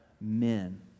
men